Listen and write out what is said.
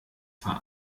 war